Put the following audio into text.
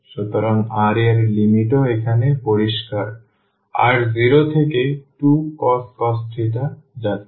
সুতরাং r এর লিমিটও এখন পরিষ্কার r 0 থেকে 2cos যাচ্ছে